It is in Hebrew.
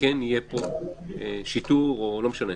כן יהיה פה שיטור או לא משנה,